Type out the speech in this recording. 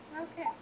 Okay